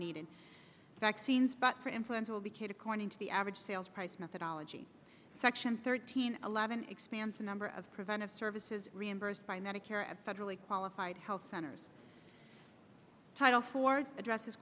needed vaccines but for influenza will be kate according to the average sales price methodology section thirteen eleven expands the number of preventive services reimbursed by medicare and federally qualified health centers title four addresses